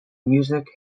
music